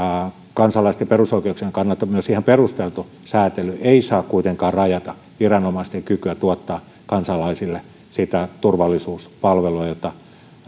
kansalaisten perusoikeuksien kannalta myös ihan perusteltu sääntely ei saa kuitenkaan rajata viranomaisten kykyä tuottaa kansalaisille sitä turvallisuuspalvelua jota